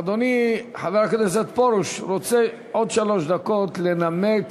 אדוני חבר הכנסת פרוש רוצה עוד שלוש דקות לנמק,